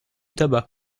tabac